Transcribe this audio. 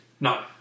No